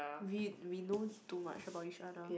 we we know too much about each other